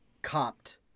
copped